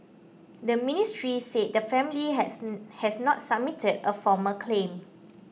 the ministry said the family has has not submitted a formal claim